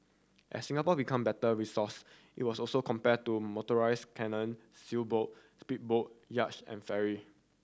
as Singapore become better resource it was also compared to motorised canoe sailboat speedboat yacht and ferry